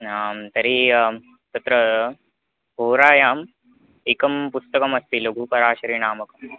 आम् तर्हि तत्र होरायाम् एकं पुस्तकमस्ति लघुपराशरिनामकम्